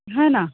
हा ना